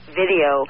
video